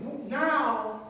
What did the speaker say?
now